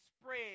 spread